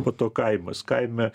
po to kaimas kaime